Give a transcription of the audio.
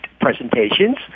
presentations